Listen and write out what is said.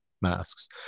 masks